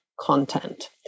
content